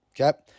Okay